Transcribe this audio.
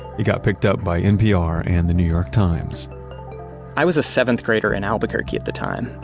it got picked up by npr and the new york times i was a seventh grader in albuquerque at the time,